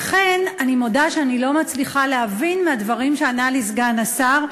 לכן אני מודה שאני לא מצליחה להבין מהדברים שענה לי סגן השר,